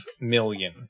million